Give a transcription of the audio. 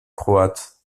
croate